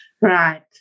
Right